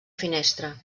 finestra